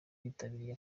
bitabiriye